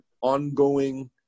ongoing